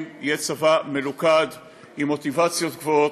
יהיה צבא מלוכד עם מוטיבציות גבוהות.